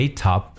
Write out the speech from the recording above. top